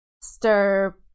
stir